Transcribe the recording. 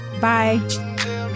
Bye